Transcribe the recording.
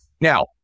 Now